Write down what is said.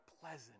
pleasant